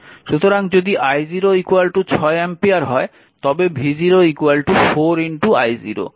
সুতরাং যদি i0 6 ampere হয় তবে v0 4 i0